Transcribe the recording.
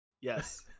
yes